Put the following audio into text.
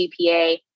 GPA